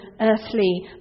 earthly